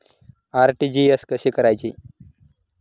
RTGS कसे करायचे?